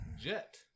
Jet